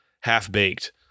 Half-Baked